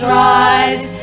rise